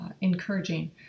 encouraging